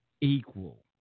equal